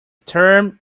term